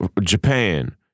Japan